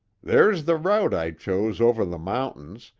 there's the route i chose over the mountains,